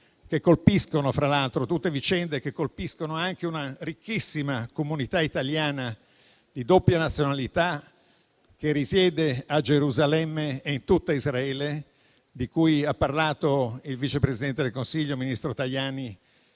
numero. Tra l'altro, tutte queste vicende colpiscono anche una ricchissima comunità italiana di doppia nazionalità che risiede a Gerusalemme e in tutto Israele, di cui ha parlato il vice presidente del Consiglio, ministro Tajani,